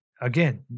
again